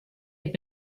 had